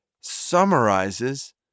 summarizes